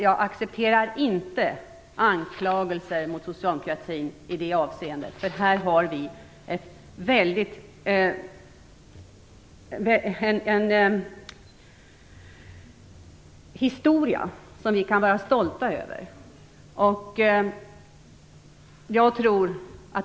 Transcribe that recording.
Jag accepterar inte anklagelser mot socialdemokratin i det avseendet. Här har vi en historia som vi kan vara stolta över.